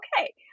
okay